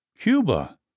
Cuba